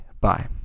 Bye